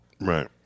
Right